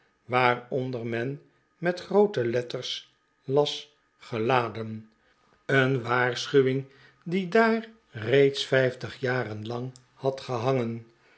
waaronder men met groote letters las geladen een waarschuwing die daar reeds vijftig jaren lang had gehangen